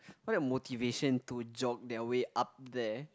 motivation to jog their way up there